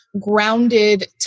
grounded